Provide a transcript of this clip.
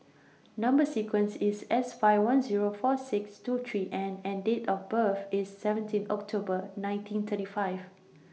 Number sequence IS S five one Zero four six two three N and Date of birth IS seventeen October nineteen thirty five